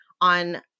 on